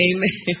Amen